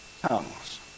Tongues